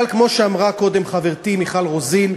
אבל, כמו שאמרה קודם חברתי מיכל רוזין,